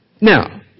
Now